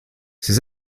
ses